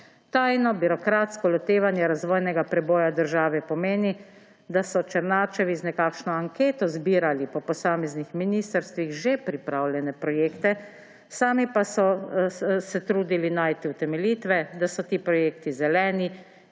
Tajno birokratsko lotevanje razvojnega preboja države pomeni, da so Černačevi z nekakšno anketo zbirali po posameznih ministrstvih že pripravljene projekte, sami pa so se trudili najti utemeljitve, da so ti projekti zeleni,